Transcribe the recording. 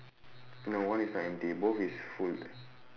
no one is not empty both is full